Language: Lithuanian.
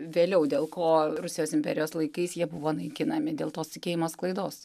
vėliau dėl ko rusijos imperijos laikais jie buvo naikinami dėl tos tikėjimo sklaidos